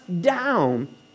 down